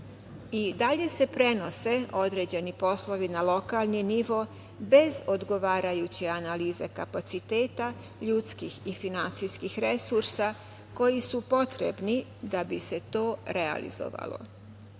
I dalje se prenose određeni poslovi na lokalni nivo, bez odgovarajuće analize kapaciteta, ljudskih i finansijskih resursa, koji su potrebni da bi se to realizovalo. Inače,